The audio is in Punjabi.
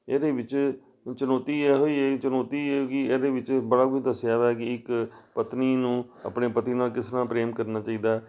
ਇਹਦੇ ਵਿੱਚ ਚੁਣੌਤੀ ਇਹੋ ਹੀ ਹੈ ਚੁਣੌਤੀ ਇਹ ਕਿ ਇਹਦੇ ਵਿੱਚ ਬੜਾ ਕੁਝ ਦੱਸਿਆ ਵਾ ਕਿ ਇੱਕ ਪਤਨੀ ਨੂੰ ਆਪਣੇ ਪਤੀ ਨਾਲ ਕਿਸ ਤਰ੍ਹਾਂ ਪ੍ਰੇਮ ਕਰਨਾ ਚਾਹੀਦਾ